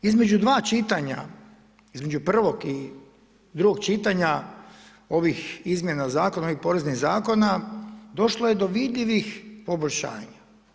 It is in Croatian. Između 2 čitanja, između prvog i drugog čitanja ovih izmjena zakona, ovih poreznih zakona, došlo je do vidljivih poboljšanja.